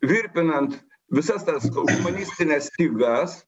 virpinant visas tas komunistines stygas